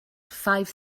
five